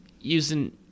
using